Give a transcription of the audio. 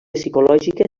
psicològica